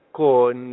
con